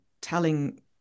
telling